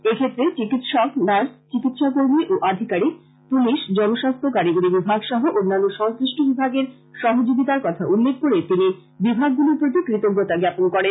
এক্ষেত্রে চিকিৎসক নার্স চিকিৎসা কর্মী ও আধিকারীক পুলিশ জনস্বাস্থ্য কারিগরী বিভাগ সহ অন্যান্য সংশ্লিষ্ট বিভাগের সহযোগীতার কথা উল্লেখ করে তিনি বিভাগগুলির প্রতি কৃতঞ্জতা ঞ্জাপন করেন